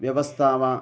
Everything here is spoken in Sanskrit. व्यवस्था वा